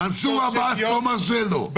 מנסור עבאס לא מרשה לו.